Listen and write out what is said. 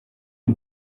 die